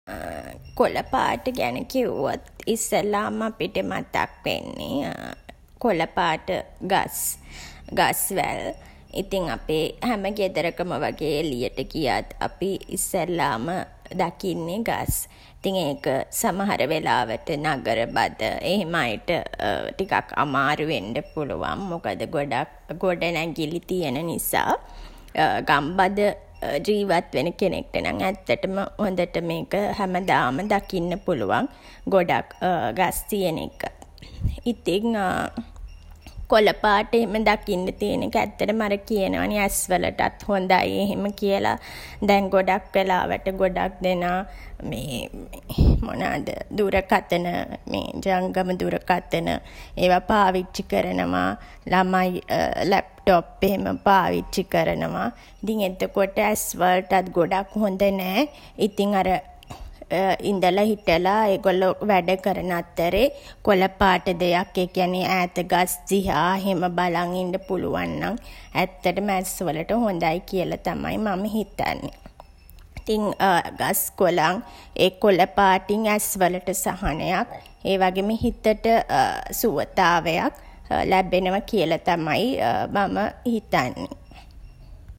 කොළ පාට ගැන කිව්වොත් ඉස්සෙල්ලාම අපිට මතක් වෙන්නේ කොළ පාට ගස්, ගස් වැල්. ඉතින් අපේ හැම ගෙදරකම වගේ එළියට ගියත් අපි ඉස්සෙල්ලාම දකින්නේ ගස්. ඉතින් ඒක සමහර වෙලාවට නගරබද එහෙම අයට ටිකක් අමාරු වෙන්ඩ පුළුවන්. මොකද ගොඩක් ගොඩනැඟිලි තියෙන නිසා. ගම්බද ජීවත් වෙන කෙනෙක්ට නම් ඇත්තටම හොඳට මේක හැමදාම දකින්න පුළුවන් ගොඩක් ගස් තියෙන එක. ඉතින් කොළ පාට එහෙම දකින්න තියෙන එක ඇත්තටම අර කියනවා නේ ඇස වලටත් හොඳයි එහෙම කියලා. දැන් ගොඩක් වෙලාවට ගොඩක් දෙනා දුරකථන ජංගම දුරකථන ඒවා පාවිච්චි කරනවා. ළමයි ලැප්ටොප් එහෙම පාවිච්චි කරනවා. ඉතින් එතකොට ඇස් වලටත් ගොඩක් හොඳ නෑ. ඉතින් අර ඉදලා හිටලා ඒගොල්ලෝ වැඩ කරන අතරේ කොළ පාට දෙයක්, ඒ කියන්නේ ඈත ගස් දිහා එහෙම බලන් ඉන්ඩ පුළුවන් නම් ඇත්තටම ඇස් වලට හොඳයි කියලා තමයි මම හිතන්නේ. ඉතින් ගස් කොළන් ඒ කොළ පාටින් ඇස් වලට සහනයක්, ඒවගේම හිතට සුවතාවයක් ලැබෙනවා කියලා තමයි මම හිතන්නේ.